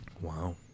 Wow